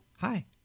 Hi